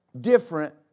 different